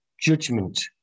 judgment